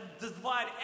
divide